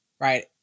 right